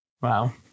wow